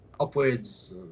upwards